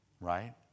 Right